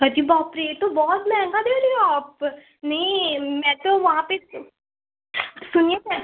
अरे बाप रे ये तो बहुत महंगा दे रहे हो आप नहीं मैं तो वहाँ पर सुनिए न